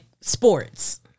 sports